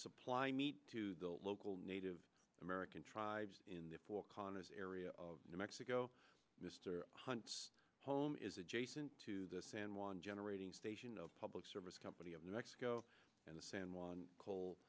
supply meat to the local native american tribes in the four corners area of new mexico mr hunt is adjacent to the san juan generating station of public service company of new mexico and the san juan coal